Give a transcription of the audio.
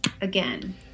again